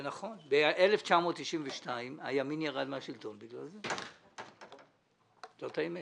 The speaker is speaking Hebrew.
אנחנו הוועדה משבחים את מה שאתם עושים